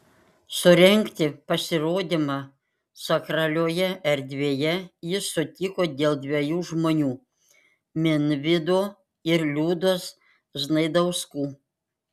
surengti pasirodymą sakralioje erdvėje jis sutiko dėl dviejų žmonių minvydo ir liudos znaidauskų